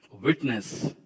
Witness